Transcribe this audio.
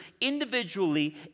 individually